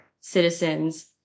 citizens